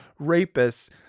rapists